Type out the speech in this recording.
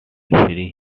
free